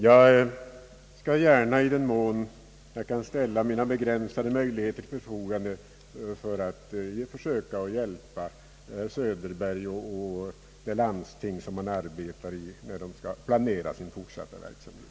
Jag skall gärna, i den mån jag kan, ställa mina begränsade möjligheter till förfogande och söka hjälpa herr Söderberg och det landsting där han arbetar, när de planerar sin fortsatta verksamhet.